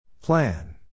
Plan